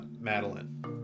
Madeline